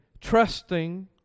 trusting